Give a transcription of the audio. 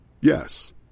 Yes